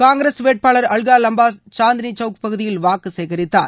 காங்கிரஸ் வேட்பாளர் அல்கா லம்பா சாந்தினி சவுக் பகுதியில் வாக்கு சேகரித்தார்